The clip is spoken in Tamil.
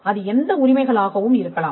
அது எந்த உரிமைகள் ஆகவும் இருக்கலாம்